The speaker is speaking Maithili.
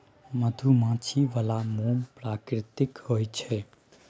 मधुमाछी बला मोम प्राकृतिक होए छै